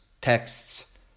texts